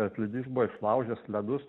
atlydys buvo išlaužęs ledus